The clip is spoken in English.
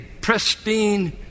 pristine